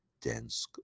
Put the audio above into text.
dense